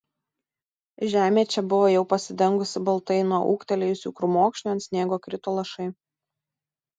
žemė čia buvo jau pasidengusi baltai nuo ūgtelėjusių krūmokšnių ant sniego krito lašai